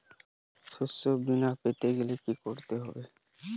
শষ্যবীমা পেতে গেলে কি করতে হবে?